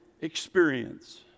experience